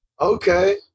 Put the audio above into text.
Okay